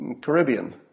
Caribbean